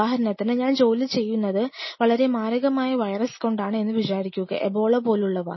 ഉദാഹരണത്തിന് ഞാൻ ജോലി ചെയ്യുന്നത് വളരെ മാരകമായ വൈറസ് കൊണ്ടാണ് എന്ന് വിചാരിക്കുക എബോള പോലുള്ളവ